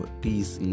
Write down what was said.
peace